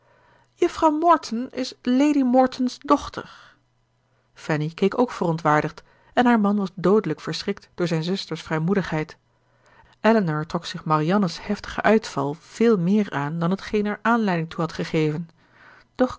juffrouw morton is lord morton's dochter fanny keek ook verontwaardigd en haar man was doodelijk verschrikt door zijn zuster's vrijmoedigheid elinor trok zich marianne's heftigen uitval veel meer aan dan t geen er aanleiding toe had gegeven